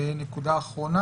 נקודה אחרונה.